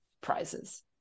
prizes